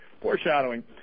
foreshadowing